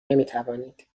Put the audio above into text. نمیتوانید